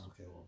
Okay